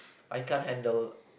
I can't handle